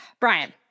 Brian